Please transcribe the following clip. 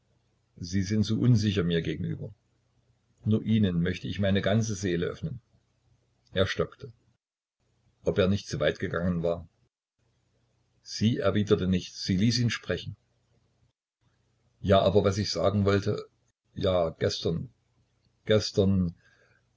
sie sind so unsicher mir gegenüber nur ihnen möcht ich meine ganze seele öffnen er stockte ob er nicht zu weit gegangen war sie erwiderte nichts sie ließ ihn sprechen ja aber was ich sagen wollte ja gestern gestern